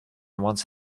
once